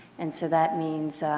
and so that means,